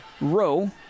row